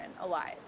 alive